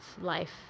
life